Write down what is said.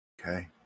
Okay